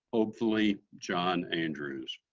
hopefully, john andrews.